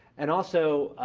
and also,